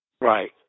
Right